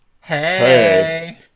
hey